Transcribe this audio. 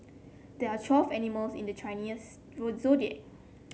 there are twelve animals in the Chinese zodiac